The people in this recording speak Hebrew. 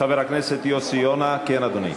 חבר הכנסת יוסי יונה, כן אדוני?